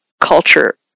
culture